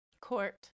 Court